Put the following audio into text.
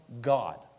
God